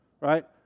right